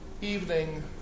evening